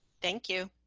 thank you.